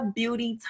beauty